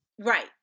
Right